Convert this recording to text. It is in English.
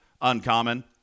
uncommon